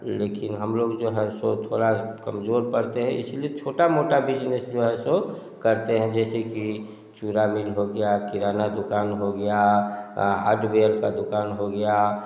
लेकिन हम लोग जो हैं सो थोड़ा कमज़ोर पड़ते हैं इस लिए छोटा मोटा बिजनेस जो है सो करते हैं जैसे कि चुरा मील हो गया किराना दुकान हो गया हार्डवेयर का दुकान हो गया